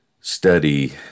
Study